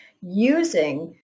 using